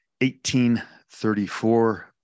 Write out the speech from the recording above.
1834